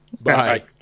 Bye